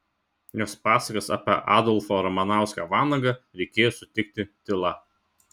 jos pasakas apie adolfą ramanauską vanagą reikėjo sutikti tyla